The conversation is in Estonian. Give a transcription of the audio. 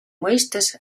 mõistes